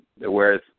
whereas